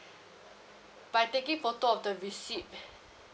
by taking photo of the receipt